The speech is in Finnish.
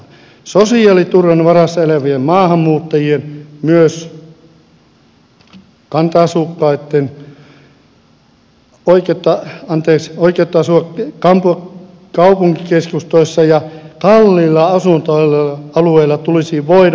sosiaaliturvan varassa elävien maahanmuuttajien myös kanta asukkaitten oikeutta asua kaupunkikeskustoissa ja kalliilla asuntoalueilla tulisi voida rajoittaa